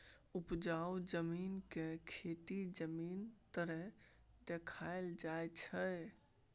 उपजाउ जमीन के खेती जमीन तरे देखाइल जाइ छइ